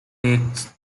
takes